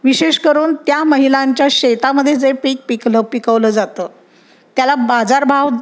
विशेष करून त्या महिलांच्या शेतामध्ये जे पीक पिकलं पिकवलं जातं त्याला बाजारभाव